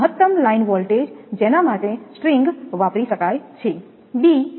મહત્તમ line voltage જેના માટે સ્ટ્રિંગ વાપરી શકાય છે b